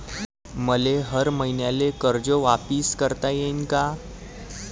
मले हर मईन्याले कर्ज वापिस करता येईन का?